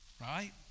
right